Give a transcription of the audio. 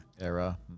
Era